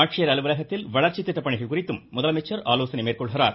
ஆட்சியர் அலுவலகத்தில் வளர்ச்சி திட்ட பணிகள் குறித்தும் முதலமைச்சர் ஆலோசனை மேற்கொள்கிறார்